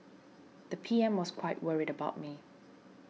the P M was quite worried about me